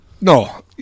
no